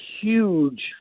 huge